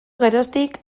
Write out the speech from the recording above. geroztik